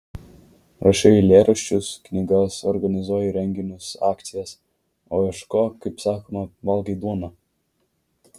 rašai eilėraščius knygas organizuoji renginius akcijas o iš ko kaip sakoma valgai duoną